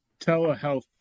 telehealth